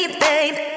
babe